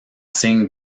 signe